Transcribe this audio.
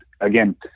again